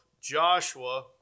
Joshua